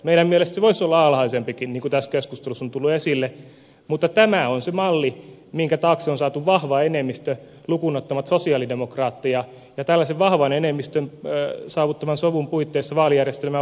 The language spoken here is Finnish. meidän mielestämme se voisi olla alhaisempikin niin kuin tässä keskustelussa on tullut esille mutta tämä on se malli minkä taakse on saatu vahva enemmistö lukuun ottamatta sosialidemokraatteja ja tällaisen vahvan enemmistön saavuttaman sovun puitteissa vaalijärjestelmää voidaan uudistaa